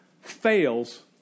fails